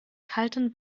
kalten